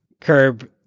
curb